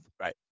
right